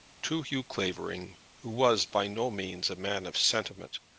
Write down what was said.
to hugh clavering, who was by no means a man of sentiment,